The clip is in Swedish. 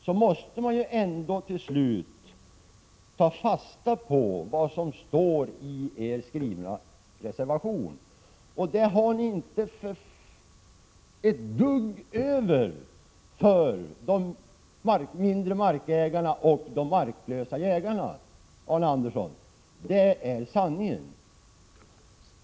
Då måste man till slut ta fasta på vad som står i den skrivna reservationen. Där har ni inte ett dugg till övers för de mindre markägarna och de marklösa jägarna. Det är sanningen, Arne Andersson.